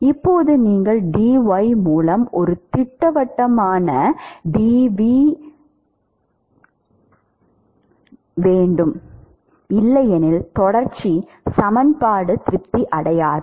இப்போது நீங்கள் dy மூலம் ஒரு திட்டவட்டமான v dv வேண்டும் இல்லையெனில் தொடர்ச்சி சமன்பாடு திருப்தி அடையாது